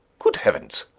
good heavens!